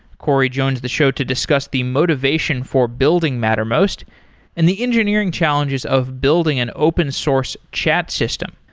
corey joins the show to discuss the motivation for building mattermost and the engineering challenges of building an open source chat system.